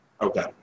Okay